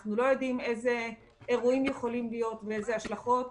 ואנחנו לא יודעים איזה אירועים יכולים להיות ואיזה השלכות